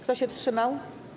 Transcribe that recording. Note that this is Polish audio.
Kto się wstrzymał?